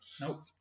Nope